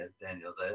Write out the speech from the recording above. Daniels